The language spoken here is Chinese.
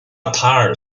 塔尔